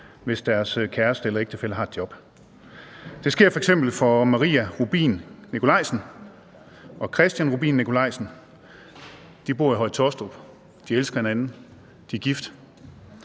hvis deres kæreste eller ægtefælle har et job. Det sker f.eks. for Maria Rubin Nicolajsen og Kristian Rubin Nicolajsen. De bor i Høje Taastrup; de elsker hinanden; de er gift.